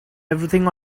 everything